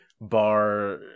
bar